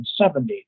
1970